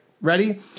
ready